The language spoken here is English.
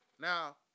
Now